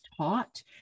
taught